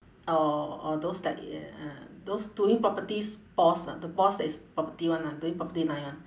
or or those that ya uh those doing properties boss ah the boss that is property [one] lah doing property line [one]